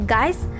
Guys